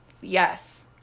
Yes